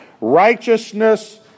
Righteousness